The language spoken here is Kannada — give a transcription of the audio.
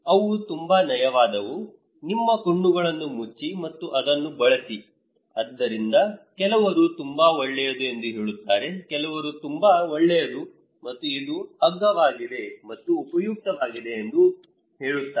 ಅವು ತುಂಬಾ ನಯವಾದವು ನಿಮ್ಮ ಕಣ್ಣುಗಳನ್ನು ಮುಚ್ಚಿ ಮತ್ತು ಅದನ್ನು ಬಳಸಿ ಆದ್ದರಿಂದ ಕೆಲವರು ತುಂಬಾ ಒಳ್ಳೆಯದು ಎಂದು ಹೇಳುತ್ತಾರೆ ಕೆಲವರು ಇದು ತುಂಬಾ ಒಳ್ಳೆಯದು ಮತ್ತು ಇದು ಅಗ್ಗವಾಗಿದೆ ಮತ್ತು ಉಪಯುಕ್ತವಾಗಿದೆ ಎಂದು ಹೇಳುತ್ತಾರೆ